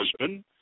husband